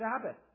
Sabbath